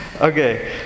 Okay